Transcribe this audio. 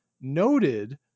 noted